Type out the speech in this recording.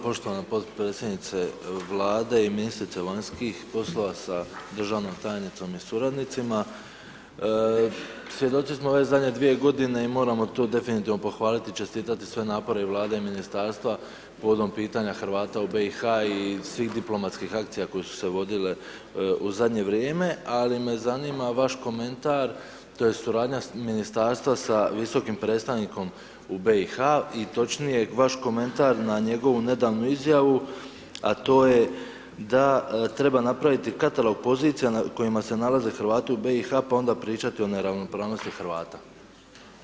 Poštovana potpredsjednica Vlade i ministrice vanjskih poslova sa državnom tajnicom i suradnicima, svjedoci smo ove zadnje 2 g. i moramo to definitivno pohvaliti i čestitati sve napore i vlade i ministarstva povodom pitanja Hrvata u BIH i svih diplomatskih akcija koje su se vodile u zadnje vrijeme, ali me zanima vaš komentar, tj. suradnja s ministarstva sa visokim predstavnikom BIH i točnije vaš komentar na njegovu nedavnu izjavu, a to je da treba napraviti katalog pozicija u kojima se nalaze Hrvati u BIH, pa onda pričati o neravnopravnosti Hrvata.